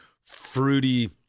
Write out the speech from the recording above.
fruity